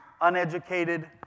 uneducated